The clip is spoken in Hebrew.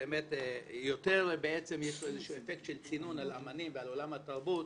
ובאמת בעצם יש יותר אפקט של צינון על האומנים ועל עולם התרבות